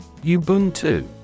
Ubuntu